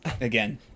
again